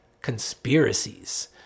conspiracies